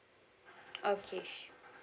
okay sure